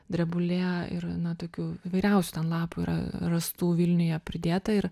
drebulė ir na tokių įvairiausių ten lapų yra rastų vilniuje pridėta ir